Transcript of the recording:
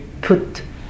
put